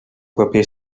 paper